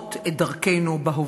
מאירות את דרכנו בהווה.